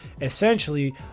essentially